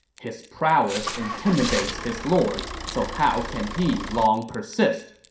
his prowess intimidates his lord, so how can he long persist?